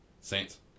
Saints